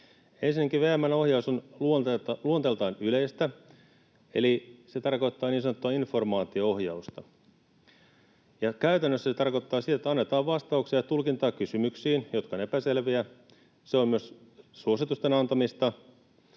Ensinnäkin VM:n ohjaus on luonteeltaan yleistä, eli se tarkoittaa niin sanottua informaatio-ohjausta. Käytännössä se tarkoittaa, että annetaan vastauksia ja tulkintaa kysymyksiin, jotka ovat epäselviä, ja se on myös suositusten antamista.